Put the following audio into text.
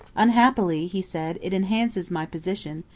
unhappily, he said, it enhances my position,